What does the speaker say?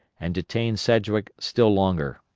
and detain sedgwick still longer.